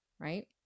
Right